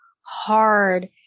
hard